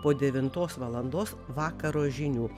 po devintos valandos vakaro žinių